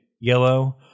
yellow